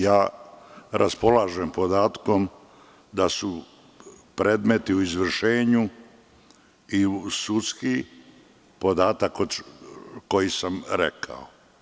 Ja raspolažem podatkom da su predmeti u izvršenju i sudski podatak koji sam rekao.